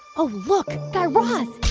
oh, look. guy raz,